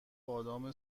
بادام